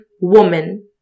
woman